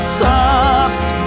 soft